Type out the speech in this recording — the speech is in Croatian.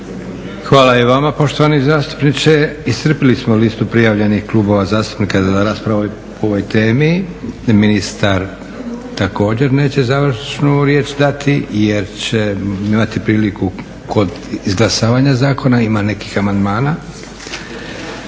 Hvala i vama poštovani zastupniče. Iscrpili smo listu prijavljenih klubova zastupnika za rasprave po ovoj temi. Ministar također neće završnu riječ dati jer će imati priliku kod izglasavanja zakona, ima nekih amandmana.